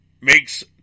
Makes